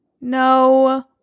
No